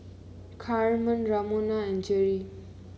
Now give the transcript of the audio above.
Carmen Ramona and Jerri